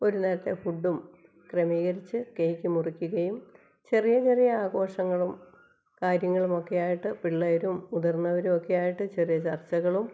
ഒര് നേരത്തെ ഫുഡ്ഡും ക്രമീകരിച്ച് കേക്ക് മുറിക്കുകയും ചെറിയ ചെറിയ ആഘോഷങ്ങളും കാര്യങ്ങളുമൊക്കെ ആയിട്ട് പിള്ളേരും മുതിര്ന്നവരും ഒക്കെയായിട്ട് ചെറിയ ചര്ച്ചകളും